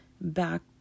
back